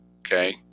okay